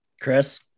Chris